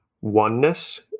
oneness